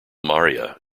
maria